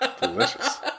Delicious